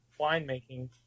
winemaking